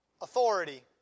authority